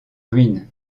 ruine